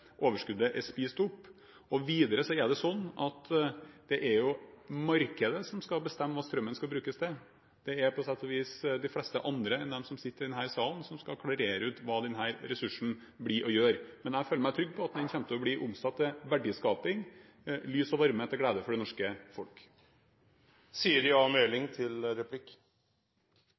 overskuddet er spist opp. Videre er det slik at det er markedet som skal bestemme hva strømmen skal brukes til. Det er på sett og vis de fleste andre enn dem som sitter i denne salen, som skal klarere hva denne ressursen skal brukes til. Jeg føler meg trygg på at den kommer til å bli omsatt til verdiskaping, lys og varme til glede for det norske folk. Det er flott at vi har et høyt aktivitetsnivå på norsk sokkel, og at det gjør oss i stand til